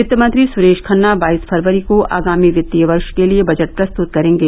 वित्त मंत्री सुरेश खन्ना बाईस फरवरी को आगामी वित्तीय वर्ष के लिये बजट प्रस्तुत करेंगे